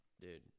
Dude